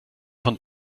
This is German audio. von